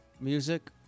music